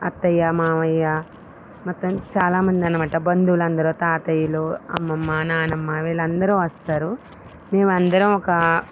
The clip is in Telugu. అత్తయ్య మామయ్య మొత్తానికి చాలామంది అన్నమాట బంధువులు అందరు తాతయ్యలు అమ్మమ్మ నానమ్మ వీళ్ళందరు వస్తారు మేము అందరం ఒక